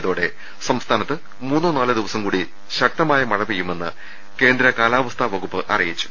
യതോടെ സംസ്ഥാനത്ത് മൂന്നോ നാലോ ദിവസം കൂടി ശക്തമായ മഴ പെയ്യുമെന്ന് കേന്ദ്ര കാലാവസ്ഥാ വകുപ്പ് അറിയിച്ചു